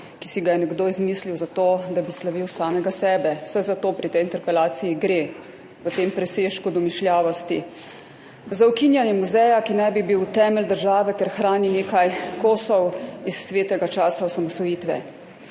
ki si ga je nekdo izmislil zato, da bi slavil samega sebe, saj za to gre pri tej interpelaciji, v tem presežku domišljavosti – za ukinjanje muzeja, ki naj bi bil temelj države, ker hrani nekaj kosov iz svetega časa osamosvojitve.